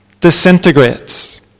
disintegrates